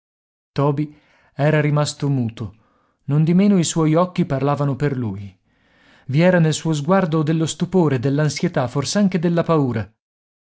toby era rimasto muto nondimeno i suoi occhi parlavano per lui i era nel suo sguardo dello stupore dell'ansietà fors'anche della paura